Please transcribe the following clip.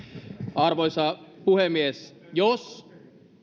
arvoisa puhemies jos